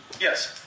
Yes